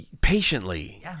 Patiently